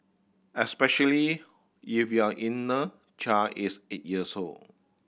especially if your inner child is eight years old